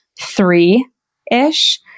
three-ish